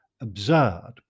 absurd